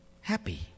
happy